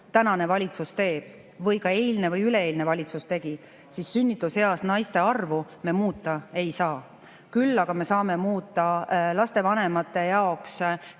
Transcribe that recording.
tänane valitsus teeb või ka eilne ja üleeilne valitsus tegi, siis sünnituseas naiste arvu me muuta ei saa. Küll aga saame muuta lastevanemate jaoks